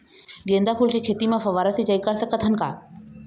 गेंदा फूल के खेती म फव्वारा सिचाई कर सकत हन का?